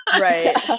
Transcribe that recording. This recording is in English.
right